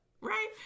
Right